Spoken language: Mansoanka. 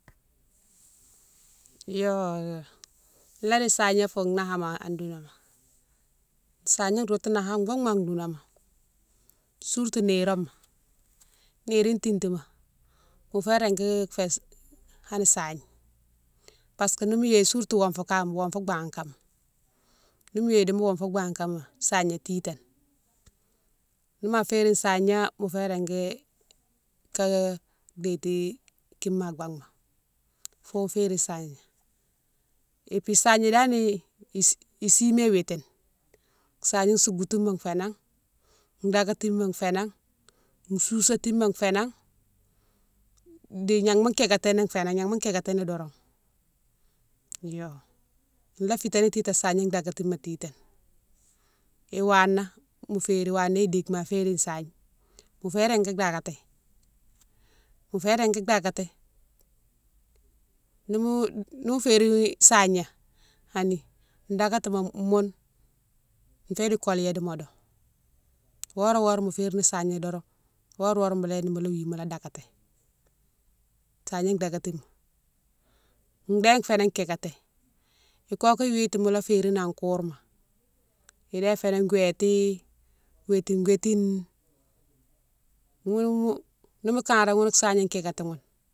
Yo ladi sahigna fou nama an dounama, sahigna routou nama bougha bouma an dounama surtout niroma, niri titima mo fé régui fé hanni sahigne parce que nimo yé surtout wonfu kama, wonfu bagha kama, nimo, yé idimo wonfu bagha kama sahigna titane, nima férien sahigna mofo régui ka déti kine ma baghma foune férine sahigna, épi sahigna dani isi isimé witine, sahigne souboutouma fénan, dakatima fénan, sousa tima fénan di gnama kékatini fénan, gnama kékatini doron. Yo la fitani titane sahigne dakatima titane, iwana mo férine, iwana dike ma férine sahigne mofé régui dakati, mofé régui dakati, nimo, nimo férine sahigna hanni dakatima moune fiyé di koligna di modo, horé mo férine sahigna doron, horé horé mo léni mola wi mola dakati, sahigna dakatine déne fénan kikati, ikokou witi mola férine an kourma idé fénan gouwéti wétine wétine ghounou moune nimo kanré ghoune sahigne kikati moune.